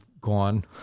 gone